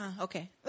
okay